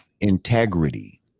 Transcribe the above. integrity